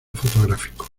fotográfico